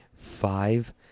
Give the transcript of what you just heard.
five